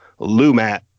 Lumat